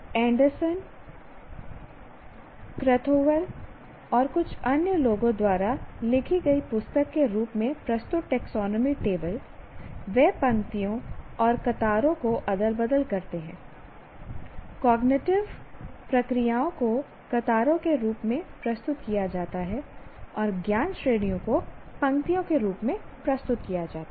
Anderson Krathwohl Anderson Krathwohl और कुछ अन्य लोगों द्वारा लिखी गई पुस्तक के रूप में प्रस्तुत टैक्सोनॉमी टेबल वे पंक्तियों और क़तारों को अदल बदल करते हैं कॉग्निटिव प्रक्रियाओं को क़तारों के रूप में प्रस्तुत किया जाता है और ज्ञान श्रेणियों को पंक्तियों के रूप में प्रस्तुत किया जाता है